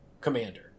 commander